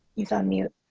he's on mute.